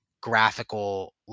graphical